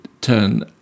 turn